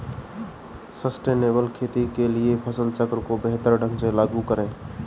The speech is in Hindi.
सस्टेनेबल खेती के लिए फसल चक्र को बेहतर ढंग से लागू करें